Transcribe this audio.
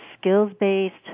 skills-based